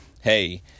hey